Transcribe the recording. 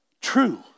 true